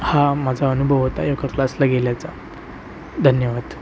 हा माझा अनुभव होता योगा क्लासला गेल्याचा धन्यवाद